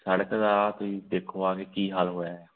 ਸੜਕ ਦਾ ਤੁਸੀਂ ਦੋਖੇ ਆ ਕੇ ਕੀ ਹਾਲ ਹੋਇਆ